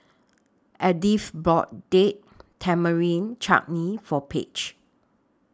Edyth bought Date Tamarind Chutney For Page